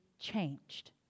changed